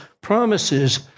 promises